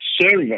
Service